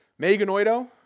Meganoido